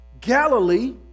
Galilee